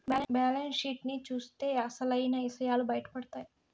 balance sheet ని చూత్తే అసలైన ఇసయాలు బయటపడతాయి